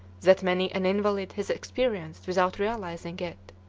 that many an invalid has experienced without realizing it.